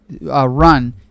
Run